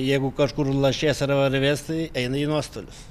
jeigu kažkur lašės ar varvės tai eina į nuostolius